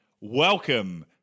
welcome